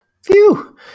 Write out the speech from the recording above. Phew